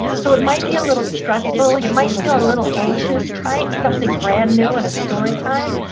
so it might be a little stressful. you might feel a little anxious trying something brand new in a story time,